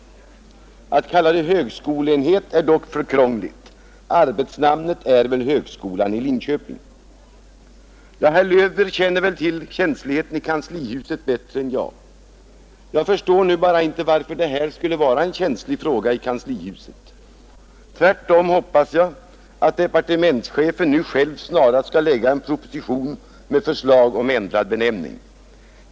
Att kalla det högskolenhet är dock för krångligt. Arbetsnamnet är väl högskolan i Linköping.” Herr Löwbeer känner väl till känsligheten i kanslihuset bättre än jag. Jag förstår bara inte varför detta skulle vara en känslig fråga i kanslihuset. Tvärtom hoppas jag att departementschefen snarast skall framlägga en proposition med förslag till ändrad benämning.